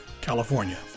California